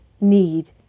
need